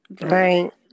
Right